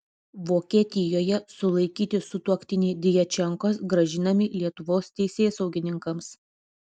vokietijoje sulaikyti sutuoktiniai djačenkos grąžinami lietuvos teisėsaugininkams